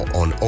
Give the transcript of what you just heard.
on